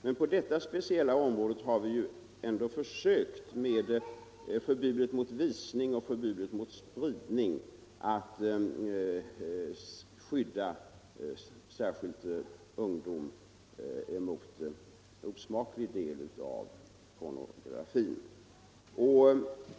Men på detta speciella område har vi ju ändå genom förbudet mot visning och förbudet mot spridning försökt skydda särskilt ungdom mot den osmakliga delen av pornografin.